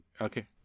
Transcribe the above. Okay